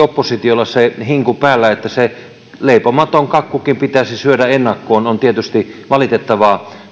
oppositiolla on nyt hinku päällä että se leipomatonkin kakku pitäisi syödä ennakkoon on tietysti valitettavaa